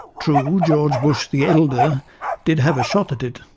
true, george bush the elder did have a shot at it.